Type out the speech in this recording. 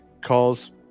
calls